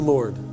Lord